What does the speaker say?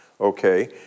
okay